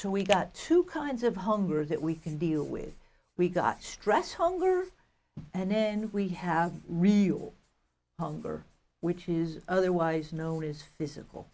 we've got two kinds of hunger that we can deal with we got stress hunger and then we have real hunger which is otherwise known as physical